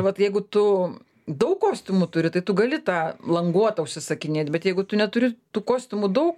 vat jeigu tu daug kostiumų turi tai tu gali tą languotą užsisakinėt bet jeigu tu neturi tų kostiumų daug